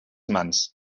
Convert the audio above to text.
mans